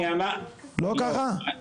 לא ככה?